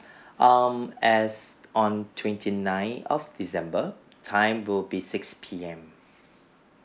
um as on twenty nine of december time would be six P_M